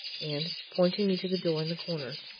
and, pointing me to the door in the corner,